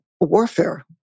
warfare